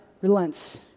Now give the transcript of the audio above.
relents